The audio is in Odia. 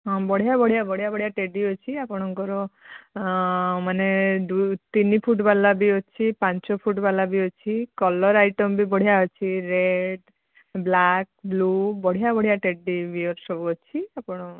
ହଁ ବଢ଼ିଆ ବଢ଼ିଆ ବଢ଼ିଆ ବଢ଼ିଆ ଟେଡ୍ଡି ଅଛି ଆପଣଙ୍କର ମାନେ ଦୁଇ ତିନି ଫୁଟ୍ ୱାଲା ବି ଅଛି ପାଞ୍ଚ ଫୁଟ୍ ୱାଲା ବି ଅଛି କଲର୍ ଆଇଟମ୍ ବି ବଢ଼ିଆ ଅଛି ରେଡ଼୍ ବ୍ଲାକ୍ ବ୍ଲୁ ବଢ଼ିଆ ବଢ଼ିଆ ଟେଡ୍ଡି ବିଅର୍ ସବୁ ଅଛି ଆପଣ